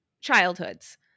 childhoods